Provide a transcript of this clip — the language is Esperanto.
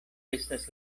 estas